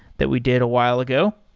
that we did a while ago.